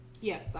Yes